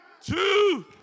two